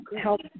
help